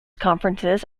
conferences